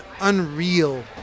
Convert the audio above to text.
unreal